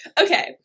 okay